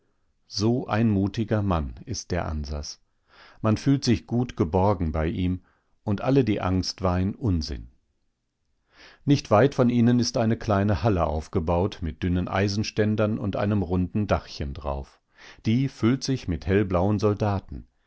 so ein mutiger mann ist der ansas man fühlt sich gut geborgen bei ihm und alle die angst war ein unsinn nicht weit von ihnen ist eine kleine halle aufgebaut mit dünnen eisenständern und einem runden dachchen darauf die füllt sich mit hellblauen soldaten